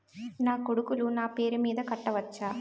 నా కొడుకులు నా పేరి మీద కట్ట వచ్చా?